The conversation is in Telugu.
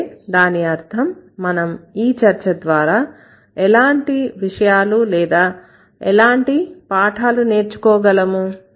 అంటే దాని అర్ధం మనం ఈ చర్చ ద్వారా ఎలాంటి విషయాలు లేదా ఎలాంటి పాఠాలు నేర్చుకోగలము